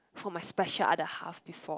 for my special other half before